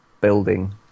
building